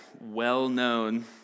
well-known